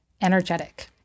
energetic